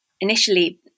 initially